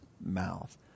mouth